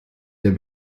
der